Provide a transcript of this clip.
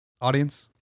audience